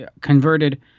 Converted